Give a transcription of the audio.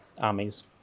armies